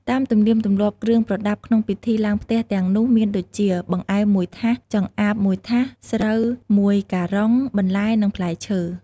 តាមទំនៀមទម្លាប់គ្រឿងប្រដាប់ក្នុងពិធីឡើងផ្ទះទាំងនោះមានដូចជា បង្អែម១ថាស ចម្អាប១ថាស ស្រូវ១ការុង បន្លែ និងផ្លែឈើ។